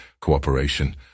cooperation